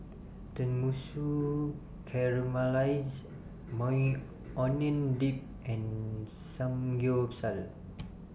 Tenmusu Caramelized Maui Onion Dip and Samgyeopsal